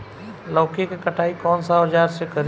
लौकी के कटाई कौन सा औजार से करी?